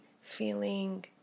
feeling